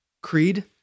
Creed